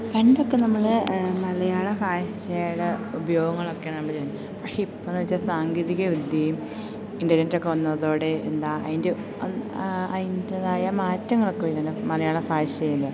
പണ്ടൊക്കെ നമ്മള് മലയാള ഭാഷയുടെ ഉപയോഗങ്ങളൊക്കെ നമ്മള് ചെയ്യും പക്ഷേ ഇപ്പമെന്ന് വെച്ചാൽ സാങ്കേതിക വിദ്യയും ഇൻ്റർനെറ്റുമൊക്കെ വന്നതോടെ എന്താ അതിൻ്റെ ഒന് അതിൻ്റേതായ മാറ്റങ്ങളൊക്കെ വരുന്നു മലയാള ഭാഷയിൽ